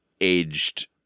aged